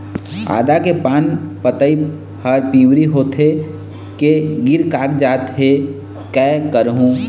आदा के पान पतई हर पिवरी होथे के गिर कागजात हे, कै करहूं?